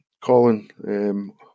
Colin